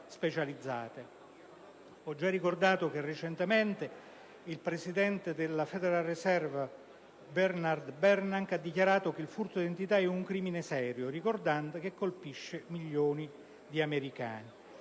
specializzate. Ho già ricordato che recentemente il presidente della *Federal Reserve* Bernanke ha dichiarato che: «Il furto di identità è un crimine serio», ricordando che colpisce milioni di americani.